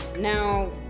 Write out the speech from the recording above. Now